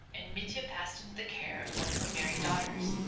and mitya passed into the care of one of her married daughters.